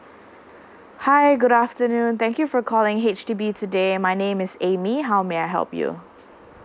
hi good afternoon thank you for calling H_D_B today my name is amy how may I help you